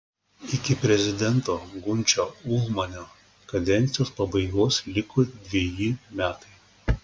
iki prezidento gunčio ulmanio kadencijos pabaigos liko dveji metai